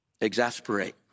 Exasperate